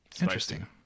Interesting